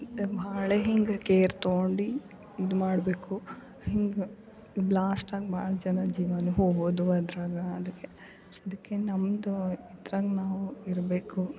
ಮತ್ತು ಭಾಳ ಹಿಂಗೆ ಕೇರ್ ತಗೊಂಡು ಇದು ಮಾಡಬೇಕು ಹಿಂಗೆ ಬ್ಲಾಸ್ಟಾಗಿ ಭಾಳ್ ಜನ ಜೀವನು ಹೊಬೋದು ಅದ್ರಾಗೆ ಅದಕ್ಕೆ ಅದಕ್ಕೆ ನಮ್ಮದು ಇದ್ರಂಗೆ ನಾವು ಇರಬೇಕು